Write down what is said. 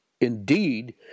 Indeed